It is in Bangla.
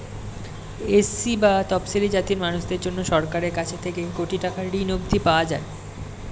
এস.সি বা তফশিলী জাতির মানুষদের জন্যে সরকারের কাছ থেকে কোটি টাকার ঋণ অবধি পাওয়া যায়